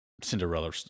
Cinderella